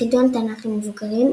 חידון תנ"ך למבוגרים,